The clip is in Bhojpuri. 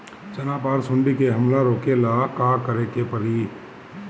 चना पर सुंडी के हमला रोके ला का करे के परी?